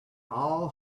all